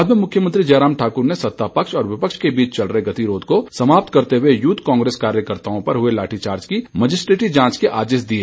बाद में मुख्यमंत्री जयराम ठाकुर ने सतापक्ष और विपक्ष के बीच चल रहे गतिरोध को समाप्त करते हुए यूथ कांग्रेस कार्यकर्ताओं पर हुए लाठीचार्ज की मेजिस्ट्रेटी जांच के आदेश दिए